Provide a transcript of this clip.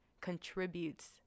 contributes